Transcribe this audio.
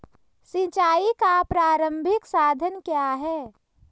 सिंचाई का प्रारंभिक साधन क्या है?